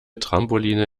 trampoline